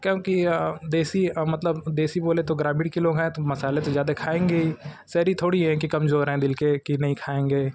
क्योंकि देसी मतलब देसी बोले तो ग्रामीण के लोग हैं तो मसाले तो जादे खाएंगे ही शहरी थोड़ी हैं कि कमजोर हैं दिल के कि नही खाएंगे